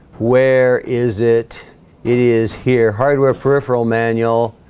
where is it it is here hardware peripheral manual?